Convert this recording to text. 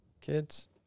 kids